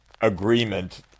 agreement